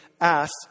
asked